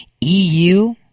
EU